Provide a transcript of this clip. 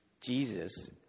Jesus